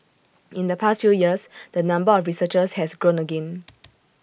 in the past few years the number of researchers has grown again